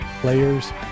players